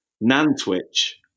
Nantwich